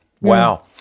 Wow